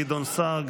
גדעון סער,